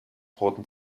roten